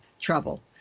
trouble